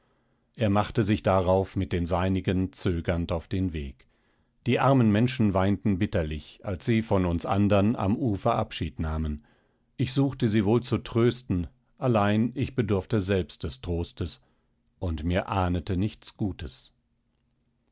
er machte sich darauf mit den seinigen zögernd auf den weg die armen menschen weinten bitterlich als sie von uns andern am ufer abschied nahmen ich suchte sie wohl zu trösten allein ich bedurfte selbst des trostes und mir ahnete nichts gutes